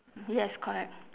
yes correct